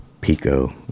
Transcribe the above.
Pico